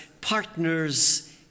Partners